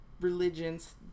religions